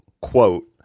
quote